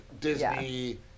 Disney